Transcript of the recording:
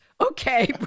Okay